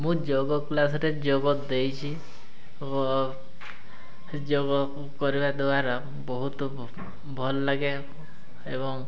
ମୁଁ ଯୋଗ କ୍ଲାସ୍ରେ ଯୋଗ ଦେଇଛି ଯୋଗ କରିବା ଦ୍ୱାରା ବହୁତ ଭଲ ଲାଗେ ଏବଂ